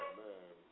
man